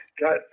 got